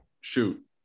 shoot